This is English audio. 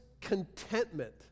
contentment